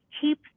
keep